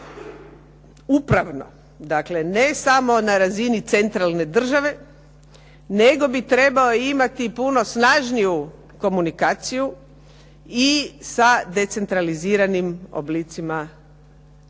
upravno. Dakle, ne samo na razini centralne države, nego bi trebao imati puno snažniju komunikaciju i sa decentraliziranim oblicima državne